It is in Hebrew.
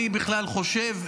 אני בכלל חושב,